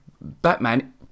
Batman